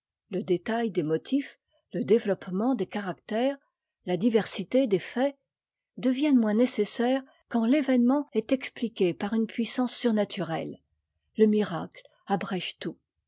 le détai des motifs e développement des caractères tà'div'ersité des faits deviennent moins nécessaires quand i'événement est explique par une puissance surnaturehe le miracle abrège tout